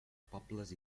pobles